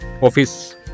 office